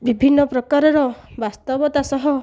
ବିଭିନ୍ନ ପ୍ରକାରର ବାସ୍ତବତା ସହ